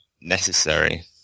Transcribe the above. necessary